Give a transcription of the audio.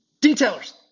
Detailers